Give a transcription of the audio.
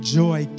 joy